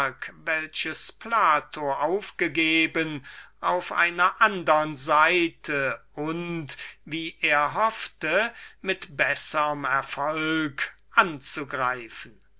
welches plato aufgegeben hatte auf einer andern seite und wie er hoffte mit besserm erfolg anzugreifen